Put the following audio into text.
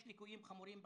יש ליקויים חמורים בחקיקה,